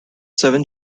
seven